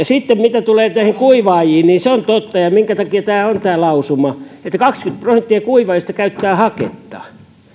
sitten mitä tulee näihin kuivaajiin niin se on totta minkä takia on tämä lausuma että kaksikymmentä prosenttia kuivaajista käyttää haketta